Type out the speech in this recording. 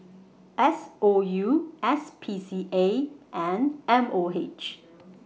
S O U S P C A and M O H